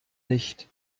nicht